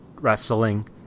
wrestling